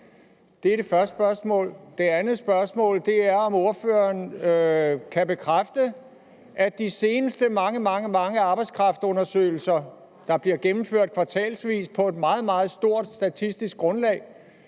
Det er det første spørgsmål. Det andet spørgsmål er, om ordføreren kan bekræfte, at de seneste mange, mange arbejdskraftundersøgelser, der bliver gennemført kvartalsvis på et meget, meget stort statistisk grundlag,